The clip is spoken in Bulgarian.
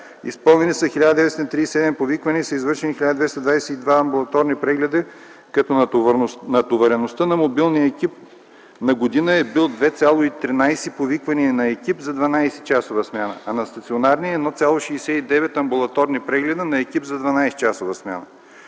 Изпълнени са 1937 повиквания и са извършени 1222 амбулаторни прегледа, като натовареността на мобилния екип на година е бил 2,13 повиквания на екип за 12-часова смяна, а на стационарния – 1,69 амбулаторни прегледа на екип за 12-часова смяна.